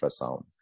ultrasound